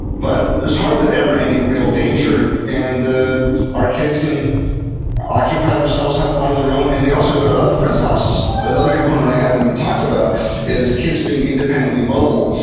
but there's hardly ever any real danger, and our kids can occupy themselves, have fun on their own, and they also go to other friends' houses another component i haven't even talked about is kids being independently mobile.